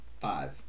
five